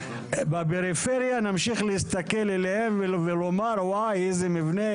בפריפריה נמשיך להסתכל עליהם ולומר "ואי איזה מבנה,